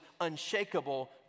unshakable